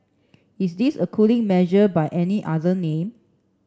is this a cooling measure by any other name